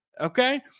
okay